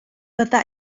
bydda